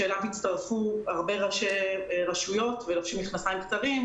שאליו הצטרפו הרבה ראשי רשויות ולבשו מכנסיים קצרים.